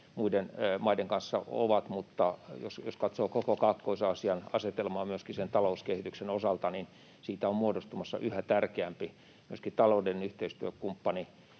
muiden maiden kanssa ovat. Mutta jos katsoo koko Kaakkois-Aasian asetelmaa myöskin sen talouskehityksen osalta, niin siitä on muodostumassa myöskin yhä tärkeämpi taloudellinen yhteistyökumppani